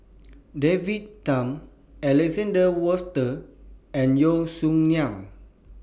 David Tham Alexander Wolters and Yeo Song Nian